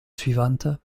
suivante